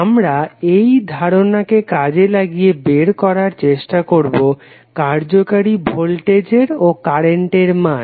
আমরা এই ধারণাকে কাজে লাগিয়ে বের করার চেষ্টা করবো কার্যকারী ভোল্টেজের ও কারেন্টের মান